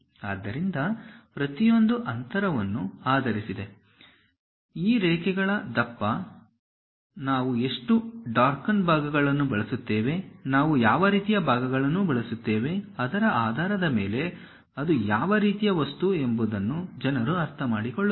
ಆದ್ದರಿಂದ ಪ್ರತಿಯೊಂದೂ ಅಂತರವನ್ನು ಆಧರಿಸಿದೆ ಈ ರೇಖೆಗಳ ದಪ್ಪ ನಾವು ಎಷ್ಟು ಡಾರ್ಕನ್ ಭಾಗಗಳನ್ನು ಬಳಸುತ್ತೇವೆ ನಾವು ಯಾವ ರೀತಿಯ ಭಾಗಗಳನ್ನು ಬಳಸುತ್ತೇವೆ ಅದರ ಆಧಾರದ ಮೇಲೆ ಅದು ಯಾವ ರೀತಿಯ ವಸ್ತು ಎಂಬುದನ್ನು ಜನರು ಅರ್ಥಮಾಡಿಕೊಳ್ಳುತ್ತಾರೆ